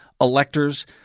electors